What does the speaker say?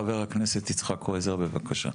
חבר הכנסת יצחק קרויזר בבקשה.